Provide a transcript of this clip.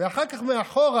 ואחר כך מאחור,